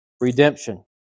redemption